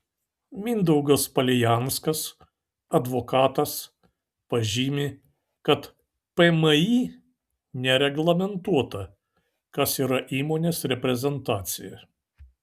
mindaugas palijanskas advokatas pažymi kad pmį nereglamentuota kas yra įmonės reprezentacija